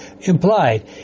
implied